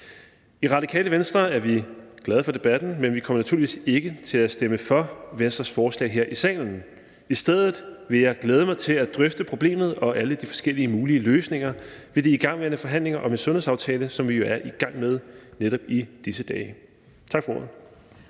I Radikale Venstre er vi glade for debatten, men vi kommer naturligvis ikke til at stemme for Venstres forslag her i salen. I stedet vil jeg glæde mig til at drøfte problemet og alle de forskellige mulige løsninger ved de igangværende forhandlinger om en sundhedsaftale, som vi jo er i gang med netop i disse dage. Tak for